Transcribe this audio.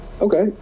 Okay